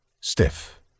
stiff